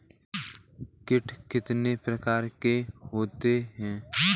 कीट कितने प्रकार के होते हैं?